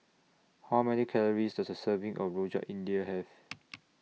How Many Calories Does A Serving of Rojak India Have